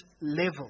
level